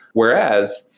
whereas,